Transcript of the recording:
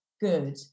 good